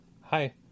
hi